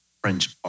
French